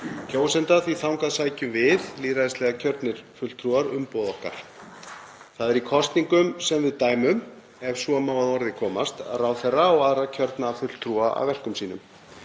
kjósenda, því að þangað sækjum við, lýðræðislega kjörnir fulltrúar, umboð okkar. Það er í kosningum sem við dæmum, ef svo má að orði komast, ráðherra og aðra kjörna fulltrúa af verkum sínum.